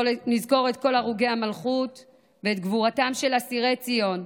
נזכור את כל הרוגי המלכות ואת גבורתם של אסירי ציון,